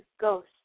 ghost